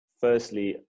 firstly